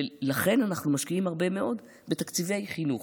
ולכן אנחנו משקיעים הרבה מאוד בתקציבי חינוך.